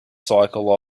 cycle